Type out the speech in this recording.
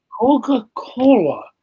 Coca-Cola